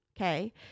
okay